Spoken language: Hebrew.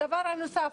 הדבר הנוסף,